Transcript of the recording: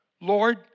Lord